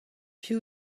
piv